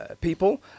people